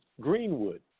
Greenwood